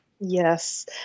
Yes